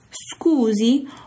Scusi